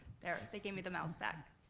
there, they gave me the mouse back,